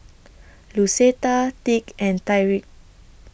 Lucetta tick and Tyrik